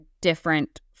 different